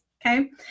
Okay